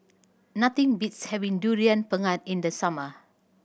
nothing beats having Durian Pengat in the summer